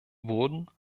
wurden